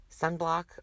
sunblock